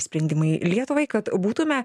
sprendimai lietuvai kad būtume